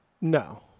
No